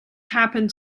happened